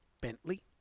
Bentley